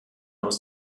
aus